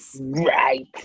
right